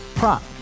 Prop